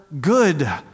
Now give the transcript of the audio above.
good